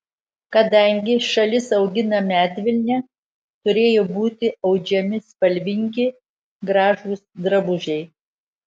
kadangi šalis augina medvilnę turėjo būti audžiami spalvingi gražūs drabužiai